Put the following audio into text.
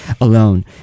alone